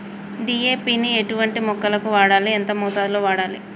DAP ని ఎటువంటి మొక్కలకు వాడాలి? ఎంత మోతాదులో వాడాలి?